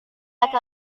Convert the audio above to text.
laki